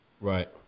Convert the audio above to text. right